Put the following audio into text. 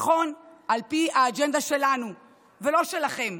נכון, על פי האג'נדה שלנו ולא שלכם,